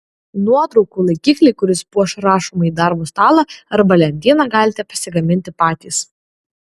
nuotraukų laikiklį kuris puoš rašomąjį darbo stalą arba lentyną galite pasigaminti patys